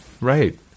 Right